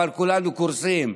אבל כולנו קורסים.